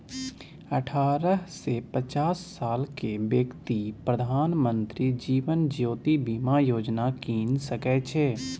अठारह सँ पचास सालक बेकती प्रधानमंत्री जीबन ज्योती बीमा योजना कीन सकै छै